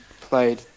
played